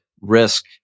risk